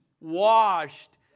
washed